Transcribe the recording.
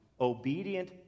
Obedient